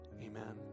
amen